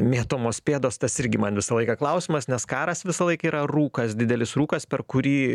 mėtomos pėdos tas irgi man visą laiką klausimas nes karas visą laiką yra rūkas didelis rūkas per kurį